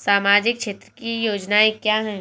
सामाजिक क्षेत्र की योजनाएँ क्या हैं?